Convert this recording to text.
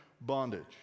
bondage